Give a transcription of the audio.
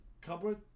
cupboard